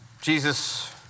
Jesus